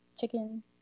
chicken